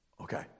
Okay